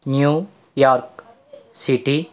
New York city